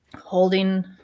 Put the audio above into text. holding